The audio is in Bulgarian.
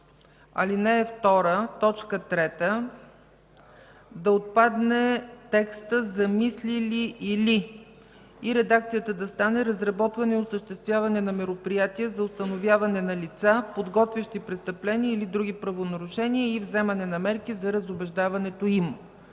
ал. 2, т. 3 да отпадне текстът „замислили или” и редакцията на стане: „разработване и осъществяване на мероприятия за установяване на лица, подготвящи престъпления или други правонарушения и взимане на мерки за разубеждаването им”.